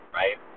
right